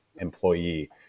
employee